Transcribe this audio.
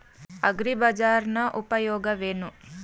ಅಗ್ರಿಬಜಾರ್ ನ ಉಪಯೋಗವೇನು?